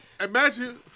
Imagine